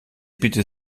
bitte